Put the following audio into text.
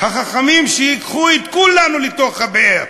החכמים שייקחו את כולנו לתוך הבאר,